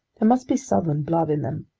there must be southern blood in them.